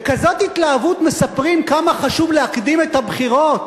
בכזאת התלהבות מספרים כמה חשוב להקדים את הבחירות,